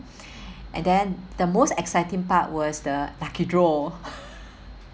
and then the most exciting part was the lucky draw